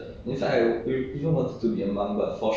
ya share share like a few places lah hor